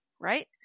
right